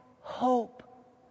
hope